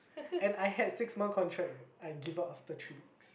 and I had six month contract eh I give up after three weeks